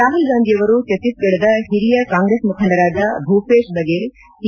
ರಾಮಲ್ ಗಾಂಧಿಯವರು ಛತ್ತೀಸ್ಗಡದ ಹಿರಿಯ ಕಾಂಗ್ರೆಸ್ ಮುಖಂಡರಾದ ಭೂಪೇಶ್ ಬಗೇಲ್ ಟಿ